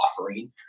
offering